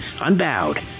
unbowed